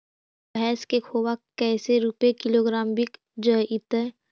भैस के खोबा कैसे रूपये किलोग्राम बिक जइतै?